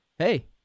hey